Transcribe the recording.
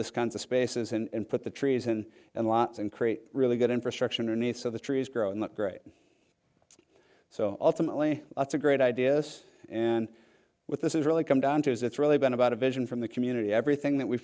this kinds of spaces and put the trees in and lots and create really good infrastructure needs so the trees grow and look great so ultimately lots of great ideas and with this is really come down to is it's really been about a vision from the community everything that we've